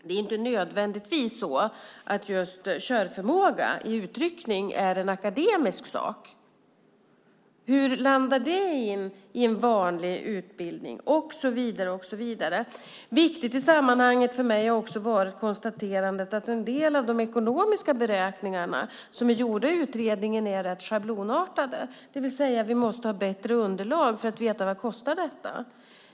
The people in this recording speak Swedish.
Det är inte nödvändigtvis så att körförmåga i utryckning är en akademisk sak. Hur landar det i en vanlig utbildning? Och så vidare, och så vidare. Viktigt i sammanhanget för mig har också varit konstaterandet att en del av de ekonomiska beräkningar som gjorts i utredningen är rätt schablonartade. Vi måste ha bättre underlag för att veta vad detta kostar.